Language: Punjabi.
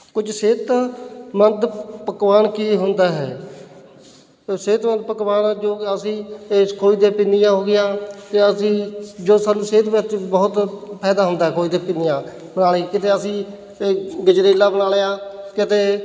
ਕੁਝ ਸਿਹਤਮੰਦ ਪਕਵਾਨ ਕੀ ਹੁੰਦਾ ਹੈ ਸਿਹਤਮੰਦ ਪਕਵਾਨ ਜੋ ਅਸੀਂ ਇਸ ਖੋਏ ਦੀਆਂ ਪਿੰਨੀਆਂ ਹੋ ਗਈਆਂ ਅਤੇ ਅਸੀਂ ਜੋ ਸਾਨੂੰ ਸਿਹਤ ਵਾਸਤੇ ਬਹੁਤ ਫਾਇਦਾ ਹੁੰਦਾ ਖੋਏ ਦੀਆਂ ਪਿੰਨੀਆਂ ਪੁਰਾਣੇ ਕਦੇ ਅਸੀਂ ਏ ਗਜਰੇਲਾ ਬਣਾ ਲਿਆ ਕਦੇ